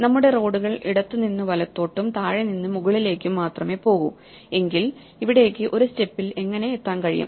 നമ്മുടെ റോഡുകൾ ഇടത്തു നിന്ന് വലത്തോട്ടും താഴെ നിന്ന് മുകളിലേക്കും മാത്രമേ പോകു എങ്കിൽ ഇവിടേയ്ക്ക് ഒരു സ്റ്റെപ്പിൽ എങ്ങിനെ എത്താൻ കഴിയും